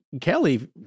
Kelly